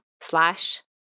slash